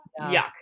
yuck